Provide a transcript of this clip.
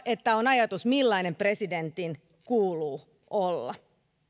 että on ajatus millainen presidentin kuuluu olla